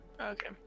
Okay